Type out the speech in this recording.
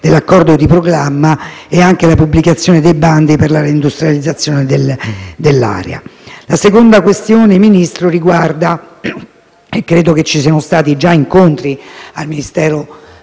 dell'accordo di programma e la pubblicazione dei bandi per la reindustrializzazione dell'area. La seconda questione, Ministro, sulla quale credo che si siano già tenuti alcuni incontri al Ministero